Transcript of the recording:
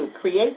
create